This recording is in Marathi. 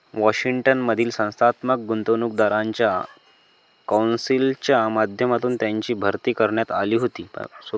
वॉशिंग्टन मधील संस्थात्मक गुंतवणूकदारांच्या कौन्सिलच्या माध्यमातून त्यांची भरती करण्यात आली होती